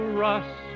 rust